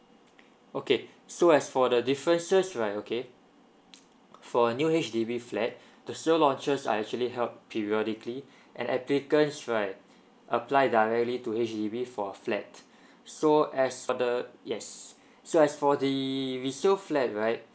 okay so as for the differences right okay for a new H_D_B flat the sale launches are actually held periodically and applicants right apply directly to H_D_B for a flat so as for the yes so as for the resale flat right